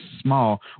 small